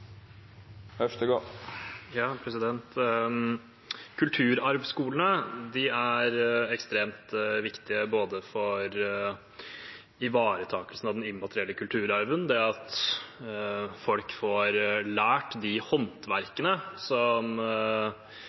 er ekstremt viktige både for ivaretakelsen av den immaterielle kulturarven, det at folk får lært de håndverkene som